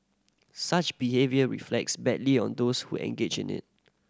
such behaviour reflects badly on those who engage in it